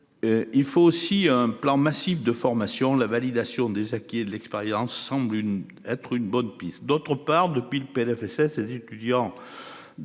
Il faut aussi un plan massif de formation, la validation des acquis de l'expérience semble une être une bonne piste. D'autre part, depuis le PLFSS les étudiants